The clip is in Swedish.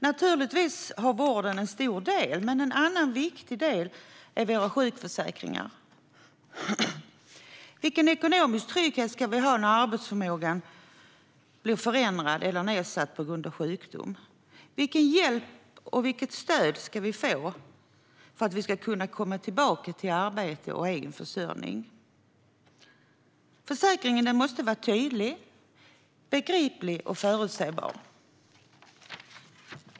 Naturligtvis har vården en stor del i detta, men en annan viktig del är våra sjukförsäkringar. Vilken ekonomisk trygghet ska vi ha när arbetsförmågan blir förändrad eller nedsatt på grund av sjukdom? Vilken hjälp och vilket stöd ska vi få för att kunna komma tillbaka till arbete och egen försörjning? Försäkringen måste vara tydlig, begriplig och förutsägbar.